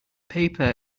paper